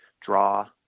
draw